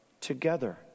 together